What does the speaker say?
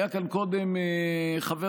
היה כאן קודם חבר